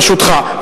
ברשותך,